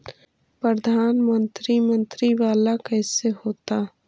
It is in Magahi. प्रधानमंत्री मंत्री वाला कैसे होता?